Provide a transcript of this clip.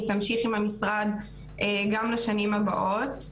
היא תמשיך עם המשרד גם לשנים הבאות.